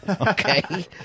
Okay